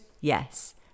yes